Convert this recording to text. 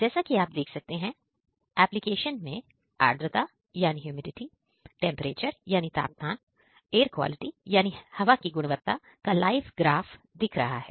जैसा कि आप देख सकते हैं एप्लीकेशन में आर्द्रता टेंपरेचर और एयर क्वालिटी का लाइव ग्राफ दिख रहा है